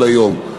של היום.